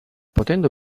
potendo